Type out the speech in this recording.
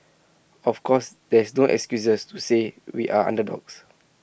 of course there is no excuses to say we are underdogs